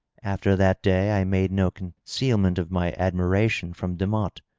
after that day i made no concealment of my admiration from demotte.